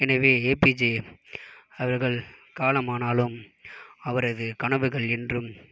எனவே A P J அவர்கள் காலமானாலும் அவரது கனவுகள் என்றும்